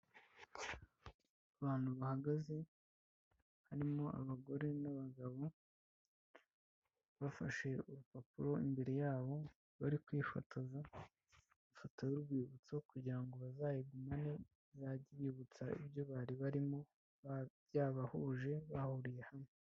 Abantu bahagaze harimo abagore n'abagabo bafashe urupapuro imbere yabo bari kwifotoza, ifoto y'urwibutso kugira ngo bazayigumane izajye ibibutsa ibyo bari barimo byabahuje bahuriye hamwe.